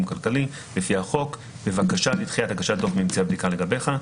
כלכלי לפי החוק בבקשה לדחיית הגשת דוח ממצאי הבדיקה לגביך,